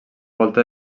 volta